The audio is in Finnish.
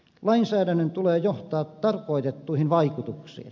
lainsäädännön tulee johtaa tarkoitettuihin vaikutuksiin